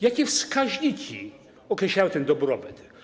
Jakie wskaźniki określają ten dobrobyt?